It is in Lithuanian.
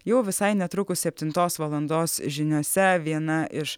jau visai netrukus septintos valandos žiniose viena iš